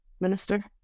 minister